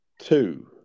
two